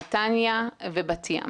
נתניה ובת ים.